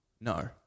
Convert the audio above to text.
No